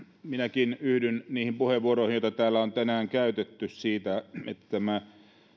minäkin yhdyn niihin puheenvuoroihin joita on tänään käytetty siitä että tämä